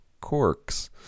corks